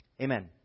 Amen